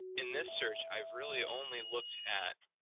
in this search i've really only looked at